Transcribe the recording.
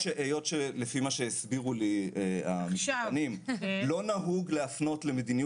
אם היית שולחת לי נגיד את הטופס כי הרי כבר יש לך את הפרטים שלי,